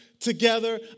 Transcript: together